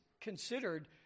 considered